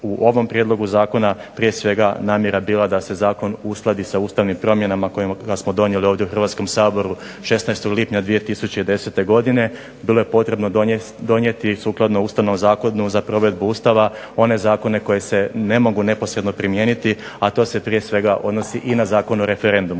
u ovom prijedlogu Zakona prije svega namjera bila da se Zakon uskladi sa Ustavnim promjenama koje smo donijeli ovdje u Hrvatskom saboru 16. lipnja 2010. godine. Bilo je potrebno donijeti sukladno Ustavnom zakonu za provedbu Ustava one zakone koji se ne mogu neposredno primijeniti a to se odnosi prije svega na Zakon o referendumu.